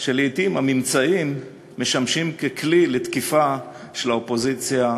שלעתים הממצאים משמשים ככלי לתקיפה של האופוזיציה,